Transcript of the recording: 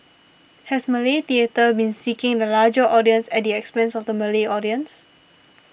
has Malay theatre been seeking the larger audience at the expense of the Malay audience